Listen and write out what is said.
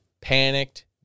panicked